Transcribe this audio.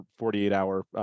48-hour